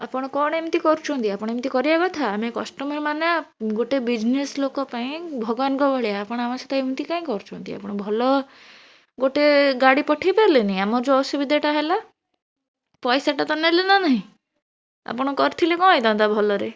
ଆପଣ କଣ ଏମିତି କରୁଛନ୍ତି ଆପଣ ଏମିତି କରିବା କଥା ଆମେ କଷ୍ଟମର୍ ମାନେ ଗୋଟେ ବିଜନେସ୍ ଲୋକପାଇଁ ଭଗବାନଙ୍କ ଭଳିଆ ଆପଣ ଆମ ସହିତ ଏମିତି କାଇଁ କରୁଛନ୍ତି ଆପଣ ଭଲ ଗୋଟେ ଗାଡ଼ି ପଠେଇ ପାରିଲେନି ଆମର ଯୋଉ ଅସୁବିଧାଟା ହେଲା ପଇସାଟା ତ ନେଲେ ନା ନାହିଁ ଆପଣ କରିଥିଲେ କଣ ହେଇଥାନ୍ତା ଭଲରେ